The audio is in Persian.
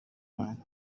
اومد